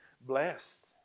blessed